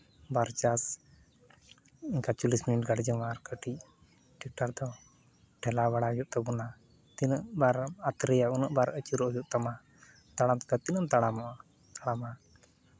ᱵᱟᱨ ᱪᱟᱥ ᱚᱝᱠᱟ ᱪᱚᱞᱞᱤᱥ ᱢᱤᱱᱤᱴ ᱜᱟᱹᱰᱤᱭ ᱡᱚᱢᱟ ᱟᱨ ᱠᱟᱹᱴᱤᱡ ᱴᱮᱠᱴᱟᱨ ᱛᱚ ᱴᱷᱮᱞᱟᱣ ᱵᱟᱲᱟᱭ ᱦᱩᱭᱩᱜ ᱛᱟᱵᱚᱱᱟ ᱛᱤᱱᱟᱹᱜ ᱵᱟᱨ ᱟᱛᱨᱮᱭᱟᱭᱟ ᱩᱱᱟᱹᱜ ᱵᱟᱨ ᱟᱪᱩᱨᱚᱜ ᱦᱩᱭᱩᱜ ᱛᱟᱢᱟ ᱛᱟᱲᱟᱢ ᱠᱟᱛᱮ ᱛᱤᱱᱟᱹᱜ ᱮᱢ ᱛᱟᱲᱟᱢᱚᱜᱼᱟ ᱛᱟᱲᱟᱢᱟ